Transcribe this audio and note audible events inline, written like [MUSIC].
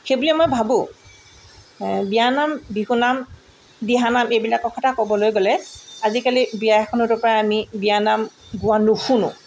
সেইবুলি মই ভাবোঁ বিয়ানাম বিহুনাম দিহানাম এইবিলাকৰ কথা ক'বলৈ গ'লে আজিকালি বিয়া এখনত [UNINTELLIGIBLE] আমি বিয়ানাম গোৱা নুশুনোঁ